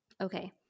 Okay